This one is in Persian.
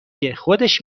گه، خودش